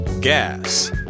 Gas